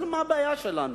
אבל מה הבעיה שלנו?